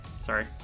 Sorry